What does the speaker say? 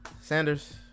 sanders